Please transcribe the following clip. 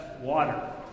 water